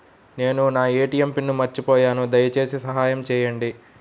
నేను నా ATM PIN మర్చిపోయాను దయచేసి సహాయం చేయండి